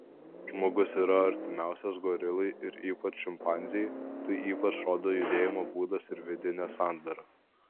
žmogus yra artimiausias gorilai ir ypač šimpanzei tai ypač rodo judėjimo būdas ir vidinė sandara